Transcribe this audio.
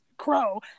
crow